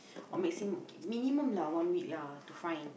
or maximum okay minimum lah one week lah to find